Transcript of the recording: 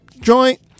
joint